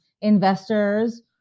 investors